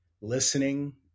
listening